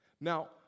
now